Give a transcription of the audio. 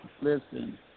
listen